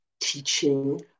teaching